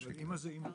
אבל אימא זאת אימא.